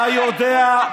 אתה יודע,